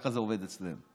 ככה זה עובד אצלם.